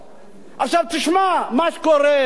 מה שקורה בסופו של דבר,